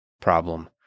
problem